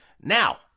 Now